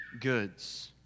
goods